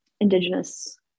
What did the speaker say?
indigenous